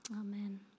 Amen